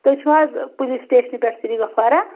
تُہۍ چھُو حظ پولیٖس سٹیشنہٕ پٮ۪ٹھ سریگفارہ